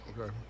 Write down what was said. Okay